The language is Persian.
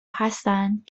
هستند